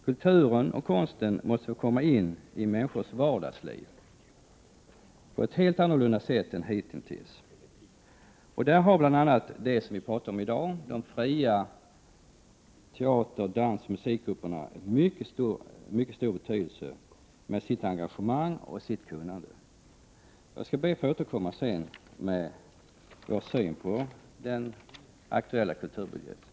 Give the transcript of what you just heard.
Kulturen och konsten måste få komma in i människors vardagsliv på ett helt annat sätt än hitintills. Där har bl.a. det som vi pratat om i dag, de fria teater-, dansoch musikgrupperna, en mycket stor betydelse med sitt engagemang och sitt kunnande. Jag skall be att få återkomma sedan med vår syn på den aktuella kulturbudgeten.